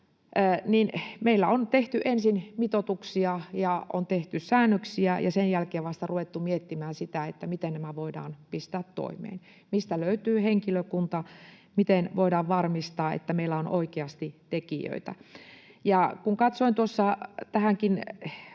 meillä on tehty ensin mitoituksia ja on tehty säännöksiä ja sen jälkeen vasta ruvettu miettimään sitä, miten nämä voidaan pistää toimeen: mistä löytyy henkilökunta, miten voidaan varmistaa, että meillä on oikeasti tekijöitä. Kun katsoin tuossa tähänkin